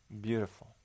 beautiful